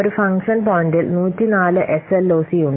ഒരു ഫംഗ്ഷൻ പൊയന്റിൽ 104 SLOC ഉണ്ട്